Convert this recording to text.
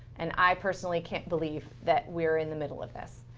and i personally can't believe that we're in the middle of this.